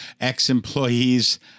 ex-employees